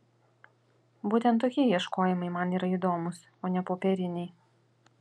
būtent tokie ieškojimai man yra įdomūs o ne popieriniai